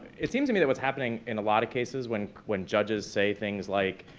it seems to me that what's happening in a lotta cases when when judges say things like,